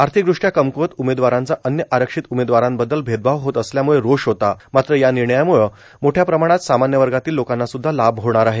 आर्थिकदृष्ट्या कमकुवत उमेदवारांचा अन्य आरक्षित उमेदवारांबद्दल भेदभाव होत असल्यामुळं रोष होता मात्र या निर्णयामुळं मोठ्या प्रमाणात सामान्य वर्गातील लोकांनासुद्धा लाभ होणार आहे